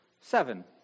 seven